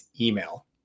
email